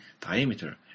diameter